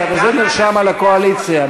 וזה נרשם על הקואליציה,